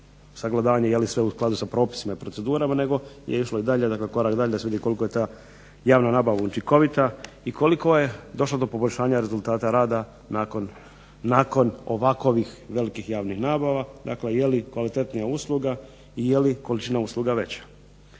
je li sve u skladu s propisima i procedurama nego je išlo i korak dalje da se vidi koliko je ta javna nabava učinkovita i koliko je došlo do poboljšanja rezultata rada nakon ovako velikih javnih nabava, dakle je li kvalitetnija usluga i je li usluga veća.